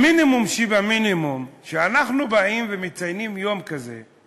שהמינימום שבמינימום כשאנחנו באים ומציינים יום כזה הוא